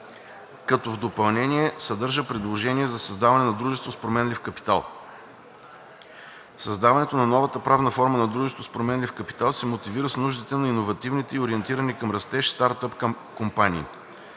като в допълнение съдържа предложение за създаване на дружество с променлив капитал. Създаването на новата правна форма на дружеството с променлив капитал се мотивира с нуждите на иновативните и ориентирани към растеж стартъп компании.